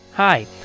Hi